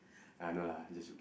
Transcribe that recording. uh no lah just joking